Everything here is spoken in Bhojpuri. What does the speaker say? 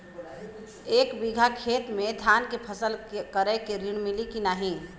एक बिघा खेत मे धान के फसल करे के ऋण मिली की नाही?